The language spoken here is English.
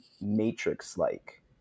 Matrix-like